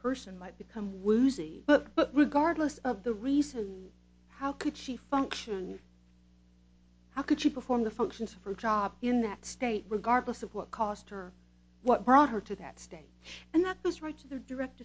person might become woozy but regardless of the reason how could she function how could she perform the functions for a job in that state regardless of what cost or what brought her to that state and that goes right to the direct